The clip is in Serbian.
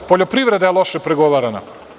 Poljoprivreda je loše pregovarana.